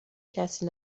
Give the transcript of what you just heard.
کسی